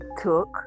took